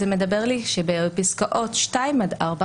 מדבר על כך שבפסקאות (2) עד (4),